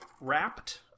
wrapped